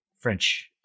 French